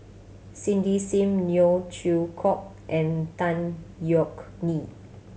Cindy Sim Neo Chwee Kok and Tan Yeok Nee